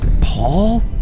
Paul